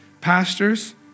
pastors